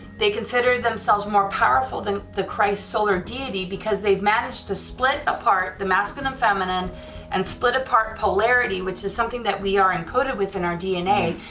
they consider themselves more powerful than the christ's solar deity because they've managed to split apart the masculine and feminine and split apart polarity which is something that we are encoded within our dna,